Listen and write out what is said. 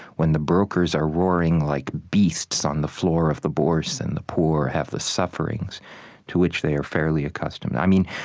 when the brokers are roaring like beasts on the floor of the bourse, and the poor have the sufferings to which they are fairly accustomed. i mean,